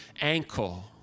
ankle